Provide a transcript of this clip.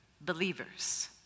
believers